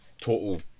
total